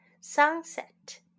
Sunset